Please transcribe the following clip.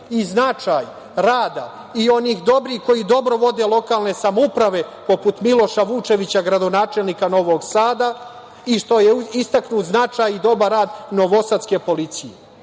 značaj rada i onih dobrih, koji dobro vode lokalne samouprave, poput Miloša Vučevića, gradonačelnika Novog Sada, i što je istaknut značaj i dobar rad novosadske policije.